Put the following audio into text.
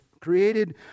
created